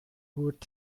would